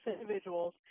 individuals